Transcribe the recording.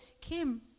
Kim